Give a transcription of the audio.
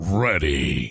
ready